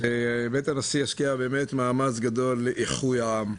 שבית הנשיא ישקיע באמת מאמץ גדול לאיחוי העם.